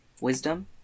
Wisdom